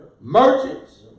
merchants